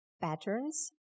patterns